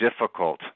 difficult